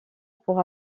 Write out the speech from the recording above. pour